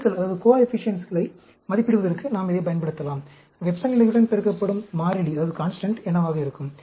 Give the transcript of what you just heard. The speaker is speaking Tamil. கெழுக்களை மதிப்பிடுவதற்கு நாம் இதைப் பயன்படுத்தலாம் வெப்பநிலையுடன் பெருக்கப்படும் மாறிலி என்னவாக இருக்கும்